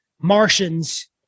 martians